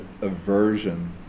aversion